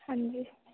हाँ जी